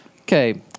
Okay